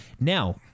now